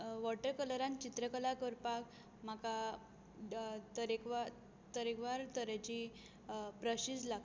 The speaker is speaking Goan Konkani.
वोटर कलरान चित्रकला करपाक म्हाका तरेकवार तरेकवार तरेचीं ब्रशीज लागता